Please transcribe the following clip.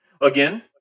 again